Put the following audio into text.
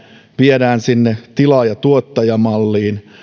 viedään sinne tilaaja tuottaja malliin